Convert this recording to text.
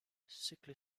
sickly